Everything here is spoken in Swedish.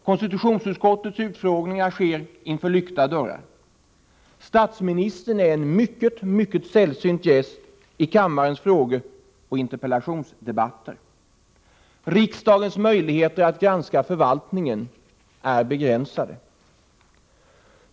Konstitutionsutskottets utfrågningar sker inför lyckta dörrar. Statsministern är en mycket sällsynt gäst i kammarens frågeoch interpellationsdebatter. Riksdagens möjligheter att granska förvaltningen är begränsade.